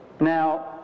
Now